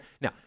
Now